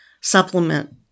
supplement